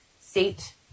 state